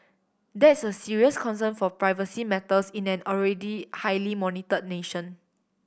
that's a serious concern for privacy matters in an already highly monitor nation